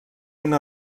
una